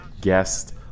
guest